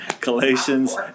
Colossians